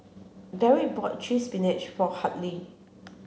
Dedrick bought Cheese Spinach for Hadley